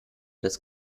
des